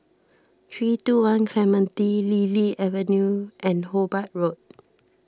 three two one Clementi Lily Avenue and Hobart Road